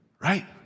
Right